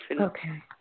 Okay